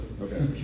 Okay